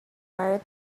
fire